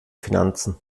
finanzen